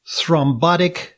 thrombotic